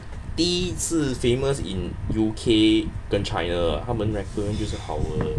第一次 famous in U_K 跟 china 他们 reco 就是好的